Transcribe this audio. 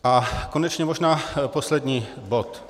A konečně možná poslední bod.